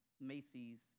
Macy's